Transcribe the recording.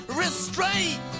restraint